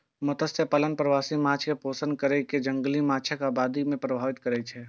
मत्स्यपालन प्रवासी माछ कें पोषण कैर कें जंगली माछक आबादी के प्रभावित करै छै